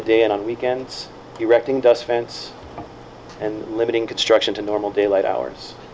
the day and on weekends directing does fence and limiting construction to normal daylight hours